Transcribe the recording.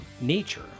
nature